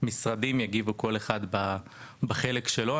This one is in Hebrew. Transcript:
שהמשרדים יגיבו כל אחד בחלק שלו,